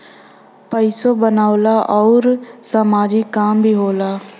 पइसो बनेला आउर सामाजिक काम भी होला